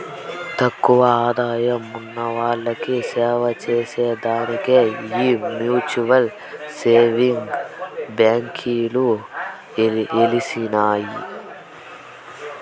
తక్కువ ఆదాయమున్నోల్లకి సేవచేసే దానికే ఈ మ్యూచువల్ సేవింగ్స్ బాంకీలు ఎలిసినాయి